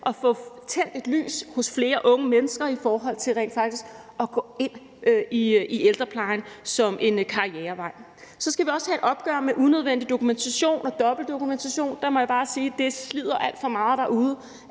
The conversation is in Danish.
at få tændt et lys hos flere unge mennesker i forhold til rent faktisk at gå ind i ældreplejen som en karrierevej. Så skal vi også have et opgør med unødvendig dokumentation og dobbelt dokumentation. Der må jeg bare sige, at det slider alt for meget derude,